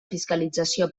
fiscalització